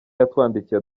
yatwandikiye